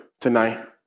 Tonight